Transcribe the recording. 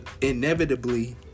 inevitably